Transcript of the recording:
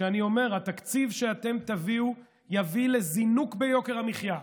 שבו אני אומר: התקציב שאתם תביאו יביא לזינוק ביוקר המחיה,